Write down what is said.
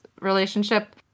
relationship